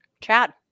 Chad